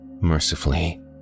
mercifully